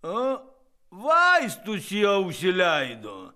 o vaistus į ausį leido